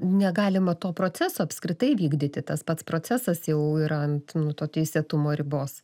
negalima to proceso apskritai vykdyti tas pats procesas jau yra ant to teisėtumo ribos